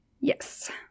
Yes